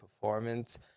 performance